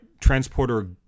transporter